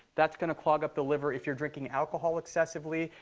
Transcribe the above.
that's going to clog up the liver. if you're drinking alcohol excessively,